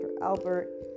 albert